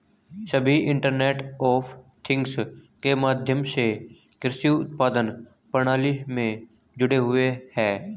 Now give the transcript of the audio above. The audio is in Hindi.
सभी इंटरनेट ऑफ थिंग्स के माध्यम से कृषि उत्पादन प्रणाली में जुड़े हुए हैं